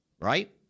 Right